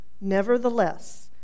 nevertheless